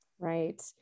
Right